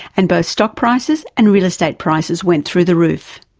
and both stock prices and real estate prices went through the roof.